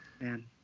man